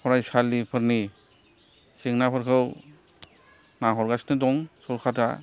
फरायसालिफोरनि जेंनाफोरखौ नाहरगासिनो दं सरखारा